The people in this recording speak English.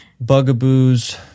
bugaboos